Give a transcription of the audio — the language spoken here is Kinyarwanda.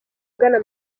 ugana